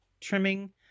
trimming